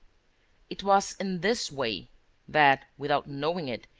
it was in this way that, without knowing it,